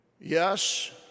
Yes